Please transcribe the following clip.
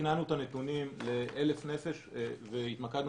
תקננו את הנתונים ל-1,000 נפש והתמקדנו